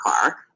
car